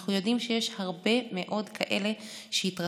אנחנו יודעים שיש הרבה מאוד כאלה שהתרחשו